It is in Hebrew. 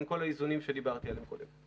עם כל האיזונים שדיברתי עליהם כרגע.